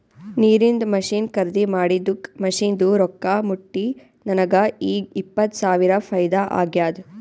ನೀರಿಂದ್ ಮಷಿನ್ ಖರ್ದಿ ಮಾಡಿದ್ದುಕ್ ಮಷಿನ್ದು ರೊಕ್ಕಾ ಮುಟ್ಟಿ ನನಗ ಈಗ್ ಇಪ್ಪತ್ ಸಾವಿರ ಫೈದಾ ಆಗ್ಯಾದ್